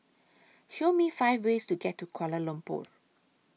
Show Me five ways to get to Kuala Lumpur